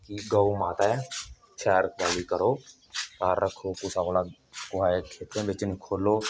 कि गौ माता ऐ शैल करो घर रक्खो कुसै कोला खेतरे बिच्च नेईं खोलो